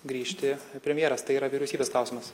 grįžti premjeras tai yra vyriausybės klausimas